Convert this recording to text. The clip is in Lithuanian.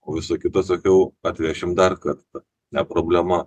o visa kita sakiau atvešim dar kartą ne problema